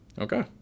Okay